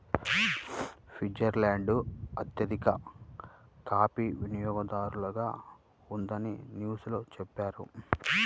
Finland అత్యధిక coffee వినియోగదారుగా ఉందని న్యూస్ లో చెప్పారు